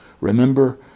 remember